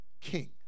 king